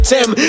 Tim